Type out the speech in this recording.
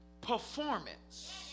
Performance